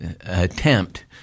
attempt